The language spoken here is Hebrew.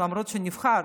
למרות שהוא נבחר.